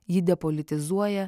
ji depolitizuoja